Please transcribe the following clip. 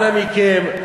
אנא מכם,